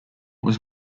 was